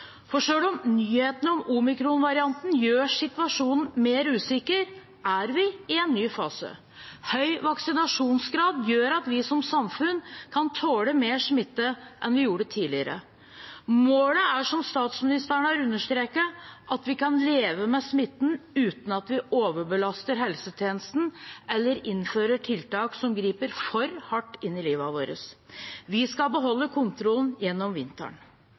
For selv om nyhetene om omikronvarianten gjør situasjon mer usikker, er vi i en ny fase. Høy vaksinasjonsgrad gjør at vi som samfunn kan tåle mer smitte enn vi gjorde tidligere. Målet er som statsministeren har understreket: at vi kan leve med smitten uten at vi overbelaster helsetjenesten eller innfører tiltak som griper for hardt inn i livet vårt. Vi skal beholde kontrollen gjennom vinteren.